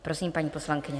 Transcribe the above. Prosím, paní poslankyně.